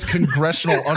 Congressional